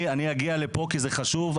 אני אגיע לפה כי זה חשוב.